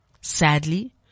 Sadly